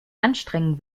anstrengen